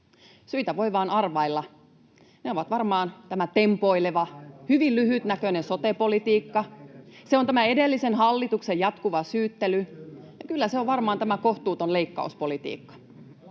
tekemistä sen kanssa?] Se on varmaan tämä tempoileva, hyvin lyhytnäköinen sote-politiikka. Se on tämä edellisen hallituksen jatkuva syyttely, [Ben Zyskowicz: Kyllä!] ja kyllä se on varmaan tämä kohtuuton leikkauspolitiikka.